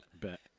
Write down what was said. Bet